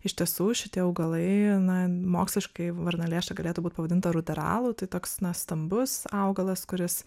iš tiesų šitie augalai na moksliškai varnalėša galėtų būt pavadinta ruteralu tai toks na stambus augalas kuris